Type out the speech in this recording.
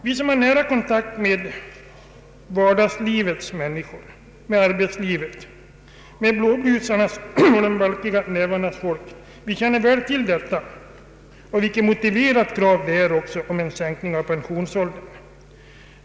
Vi som har nära kontakt med vardagsoch arbetslivets människor, med blåblusarnas och de valkiga nävarnas folk, känner till hur väl motiverat kravet om en sänkt pensionsålder är.